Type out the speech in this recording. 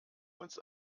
uns